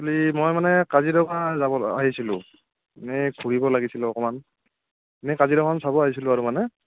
actually মই মানে কাজিৰঙা যাব আহিছিলোঁ এনেই ঘূৰিব লাগিছিলে অকণমান এনেই কাজিৰঙাখন চাব আহিছিলোঁ আৰু মানে